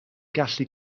gallu